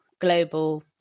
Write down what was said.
global